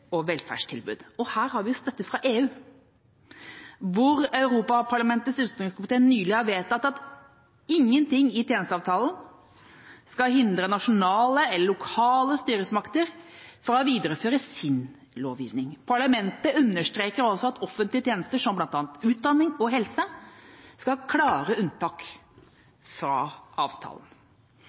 og velferdstilbud. Og her har vi støtte fra EU – Europaparlamentets utenrikskomité har nylig vedtatt at ingenting i tjenesteavtalen skal hindre nasjonale eller lokale styresmakter i å videreføre sin lovgivning. Parlamentet understreker også at offentlige tjenester som bl.a. utdanning og helse skal ha klare unntak fra avtalen.